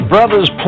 Brothers